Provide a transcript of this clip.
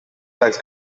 flags